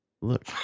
look